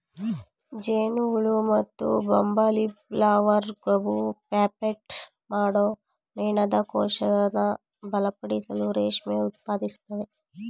ಜೇನುಹುಳು ಮತ್ತುಬಂಬಲ್ಬೀಲಾರ್ವಾವು ಪ್ಯೂಪೇಟ್ ಮಾಡೋ ಮೇಣದಕೋಶನ ಬಲಪಡಿಸಲು ರೇಷ್ಮೆ ಉತ್ಪಾದಿಸ್ತವೆ